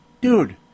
dude